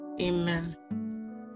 Amen